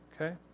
Okay